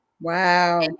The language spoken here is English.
Wow